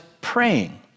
praying